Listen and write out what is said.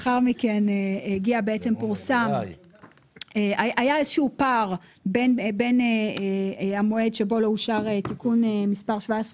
היה איזה שהוא פער בין המועד שבו לא אושר תיקון מס' 17